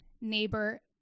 neighbor